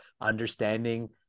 understanding